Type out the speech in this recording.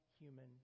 human